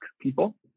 people